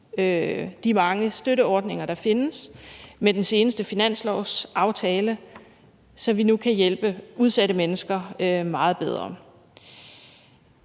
de mange støtteordninger, der findes, med den seneste finanslovsaftale, så vi nu kan hjælpe udsatte mennesker meget bedre.